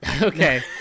Okay